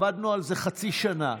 עבדנו על זה חצי שנה.